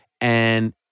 And-